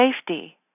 safety